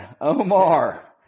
Omar